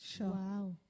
Wow